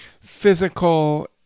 physical